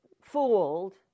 fooled